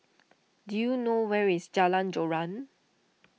do you know where is Jalan Joran